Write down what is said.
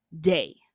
day